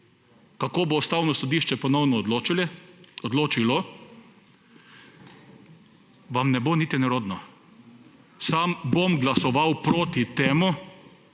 kako bo Ustavno sodišče ponovno odločilo, vam ne bo niti nerodno. Sam bom glasoval proti temu,